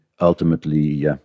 ultimately